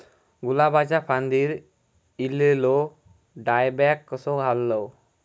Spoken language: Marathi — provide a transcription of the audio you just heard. गुलाबाच्या फांदिर एलेलो डायबॅक कसो घालवं?